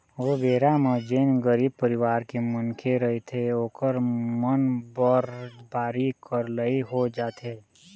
ओ बेरा म जेन गरीब परिवार के मनखे रहिथे ओखर मन बर भारी करलई हो जाथे